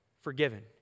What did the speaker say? forgiven